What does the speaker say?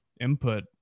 input